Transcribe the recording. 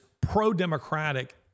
pro-democratic